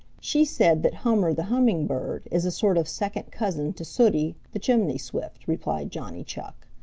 she said that hummer the hummingbird is a sort of second cousin to sooty the chimney swift, replied johnny chuck.